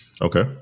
Okay